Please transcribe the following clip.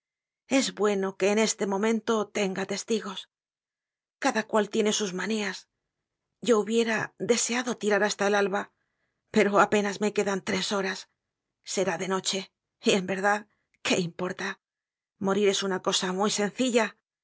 es bueno que en este momento tenga testigos cada cual tiene sus manías yo hubiera deseado tirar hasta el alba pero apenas me quedan tres horas será de noche y en verdad qué importa morir es una cosa muy sencilla